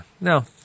no